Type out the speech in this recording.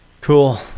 cool